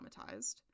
traumatized